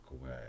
away